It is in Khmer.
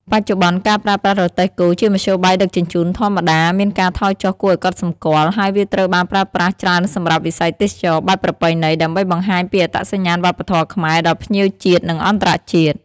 បច្ចុប្បន្ន ការប្រើប្រាស់រទេះគោជាមធ្យោបាយដឹកជញ្ជូនធម្មតាមានការថយចុះគួរឱ្យកត់សម្គាល់ ហើយវាត្រូវបានប្រើប្រាស់ច្រើនសម្រាប់ វិស័យទេសចរណ៍បែបប្រពៃណី ដើម្បីបង្ហាញពីអត្តសញ្ញាណវប្បធម៌ខ្មែរដល់ភ្ញៀវជាតិ និងអន្តរជាតិ ។